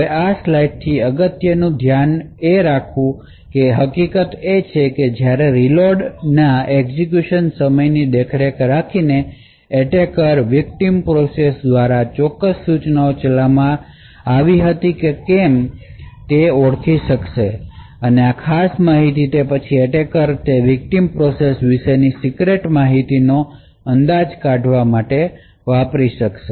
હવે આ સ્લાઇડથી અગત્યનું ધ્યાન રાખવું એ હકીકત છે કે રીલોડના એક્ઝેક્યુશન સમયની દેખરેખ રાખીને એટેકર વિકટીમ પ્રોસેસ દ્વારા ચોક્કસ સૂચનાઓ ચલાવવામાં આવી હતી કે નહીં તે ઓળખી શકશે અને આ ખાસ માહિતીમાંથી તે પછી એટેકર તે વિકટીમ પ્રોસેસ વિશેની સીક્રેટ માહિતીનો અંદાજ કાઢવામાં સમર્થ હશે